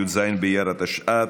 י"ז באייר התשע"ט,